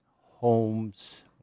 homes